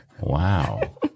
Wow